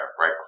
right